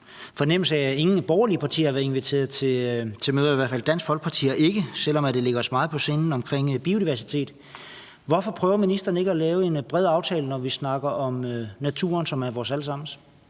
fornemmelse af, at ingen af de borgerlige partier har været inviteret til møder. Dansk Folkeparti har i hvert fald ikke, selv om biodiversitet ligger os meget på sinde. Hvorfor prøver ministeren ikke at lave en bred aftale, når vi snakker om naturen, som er vores alle sammens?